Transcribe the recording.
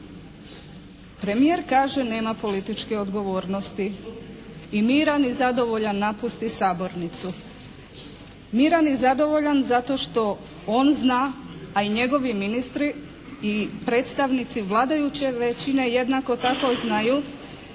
Premijer kaže nema političke odgovornosti i miran i zadovoljan napusti sabornicu. Miran i zadovoljan zato što on zna, a i njegovi ministri i predstavnici vladajuće većine jednako tako znaju